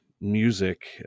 music